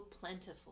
plentiful